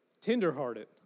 Tenderhearted